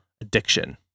addiction